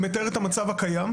אני מתאר את המצב הקיים.